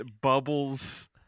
bubbles